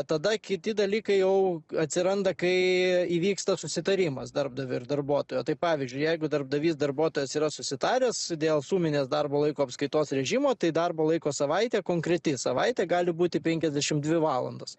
tada kiti dalykai jau atsiranda kai įvyksta susitarimas darbdavio ir darbuotojo tai pavyzdžiui jeigu darbdavys darbuotojas yra susitaręs dėl suminės darbo laiko apskaitos režimo tai darbo laiko savaitė konkreti savaitė gali būti penkiasdešim dvi valandos